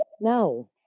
no